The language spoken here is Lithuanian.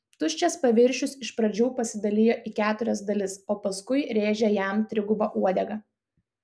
tuščias paviršius iš pradžių pasidalijo į keturias dalis o paskui rėžė jam triguba uodega